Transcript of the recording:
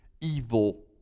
evil